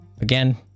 again